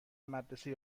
مدرسه